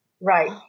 Right